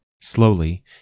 Slowly